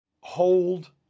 hold